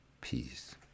Peace